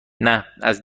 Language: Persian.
نه، از